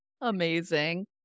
Amazing